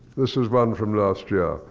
this is one from last year.